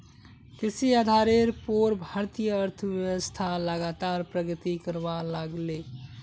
कृषि आधारेर पोर भारतीय अर्थ्वैव्स्था लगातार प्रगति करवा लागले